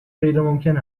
غیرممکن